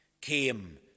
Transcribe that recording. came